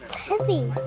heavy.